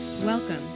Welcome